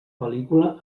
pel·lícula